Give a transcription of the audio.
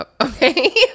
okay